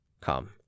Come